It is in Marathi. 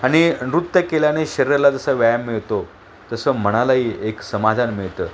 आणि नृत्य केल्याने शरीराला जसा व्यायाम मिळतो तसं मनालाही एक समाधान मिळतं